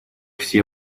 все